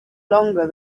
longer